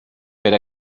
per